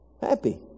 Happy